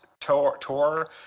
tour